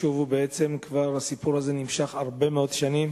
ב"שובו" הסיפור הזה נמשך הרבה מאוד שנים.